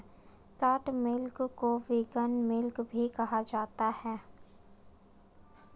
plant milk को vegan milk भी कहा जाता है